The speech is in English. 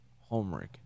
homework